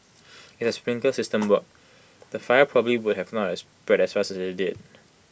if the sprinkler system worked the fire probably would not have spread as fast as IT did